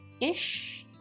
ish